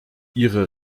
ihre